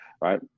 Right